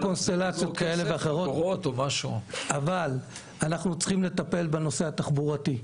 אנחנו צריכים לטפל בנושא התחבורתי,